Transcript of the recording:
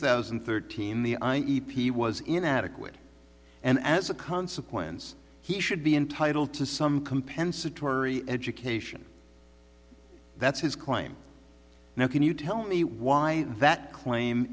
thousand and thirteen the eye e p was inadequate and as a consequence he should be entitled to some compensatory education that's his claim now can you tell me why that claim